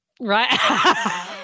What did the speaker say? right